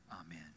Amen